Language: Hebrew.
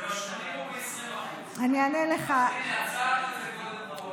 זה ב-80% או ב-20% ואנחנו נגיע גם לדברים החשובים.